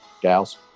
gals